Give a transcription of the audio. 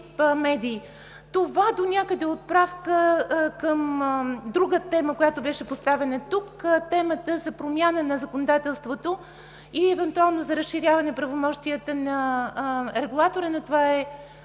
Това донякъде е отправка към друга тема, която беше поставена тук – темата за промяна на законодателството и евентуално за разширяване правомощията на регулатора, но това е